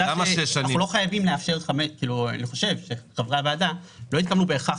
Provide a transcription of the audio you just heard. אני חושב שחברי הוועדה לא יקבלו בהכרח